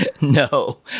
No